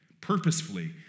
purposefully